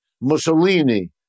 Mussolini